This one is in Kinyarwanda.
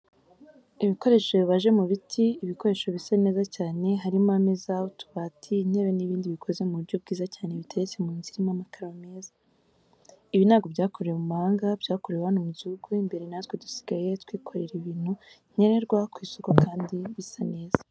Ibikoresho bibaje mu biti, ibikoresho bisa neza cyane harimo ameza, utubati, intebe n'ibindi bikoze mu buryo bwiza cyane biteretse mu nzu irimo amakaro meza. Ibi ntabwo byakorewe mu mahanga, byakorewe hano mu gihugu imbere natwe dusigaye twikorera ibintu nkenerwa ku isoko kandi bisa neza.